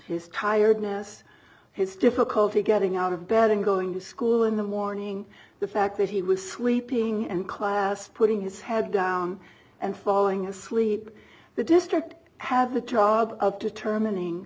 his tiredness his difficulty getting out of bed and going to school in the morning the fact that he was sleeping and class putting his head down and falling asleep the district have the job of determining